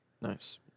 Nice